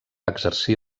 exercir